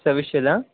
सव्वीसशेला